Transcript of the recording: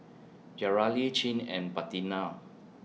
Yareli Chin and Bettina